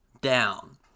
down